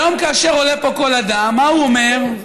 והיום, כאשר עולה פה כל אדם, מה הוא אומר?